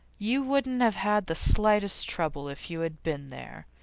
you wouldn't have had the slightest trouble, if you had been there,